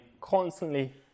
constantly